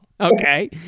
Okay